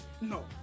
No